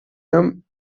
jones